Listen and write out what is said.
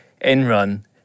in-run